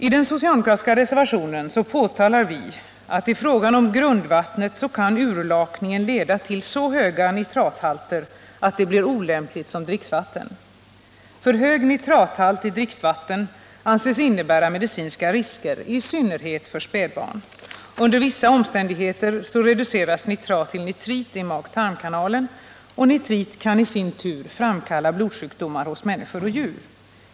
I den socialdemokratiska reservationen påtalar vi, att i fråga om grundvattnet kan urlakningen leda till så höga nitrathalter att det blir olämpligt som dricksvatten. För hög nitrathalt i dricksvatten anses innebära medicinska risker i synnerhet för spädbarn. Under vissa omständigheter reduceras nitrat till nitrit i mag-tarmkanalen. Nitrit kan i sin tur framkalla blodsjukdomar hos människor och djur.